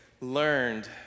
learned